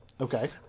Okay